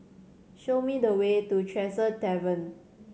show me the way to Tresor Tavern